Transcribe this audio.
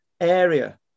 area